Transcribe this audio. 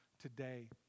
today